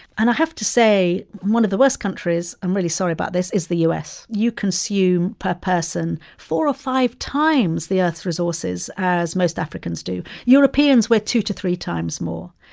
and i have to say, one of the worst countries i'm really sorry about this is the u s. you consume, per person, four or five times the earth's resources as most africans do. europeans, we're two to three times more.